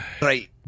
Right